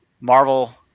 Marvel